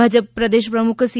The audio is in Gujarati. ભાજપ પ્રદેશ પ્રમુખ સી